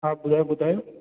हा ॿुधायो ॿुधायो